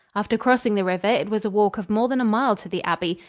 after crossing the river it was a walk of more than a mile to the abbey,